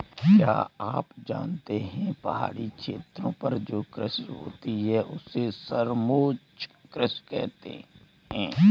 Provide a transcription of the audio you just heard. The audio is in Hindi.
क्या आप जानते है पहाड़ी क्षेत्रों पर जो कृषि होती है उसे समोच्च कृषि कहते है?